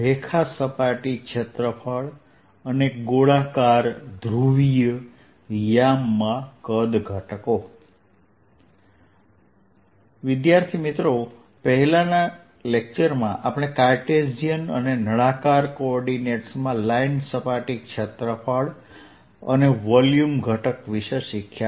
રેખા સપાટી ક્ષેત્રફળ અને ગોળાકાર ધ્રુવીય યામમાં કદ ઘટકો પહેલાનાં લેક્ચરમાં આપણે કાર્ટેશિયન અને નળાકાર કોઓર્ડિનેટ્સમાં લાઇન સપાટી ક્ષેત્રફળ અને વોલ્યુમ ઘટક વિશે શિખ્યા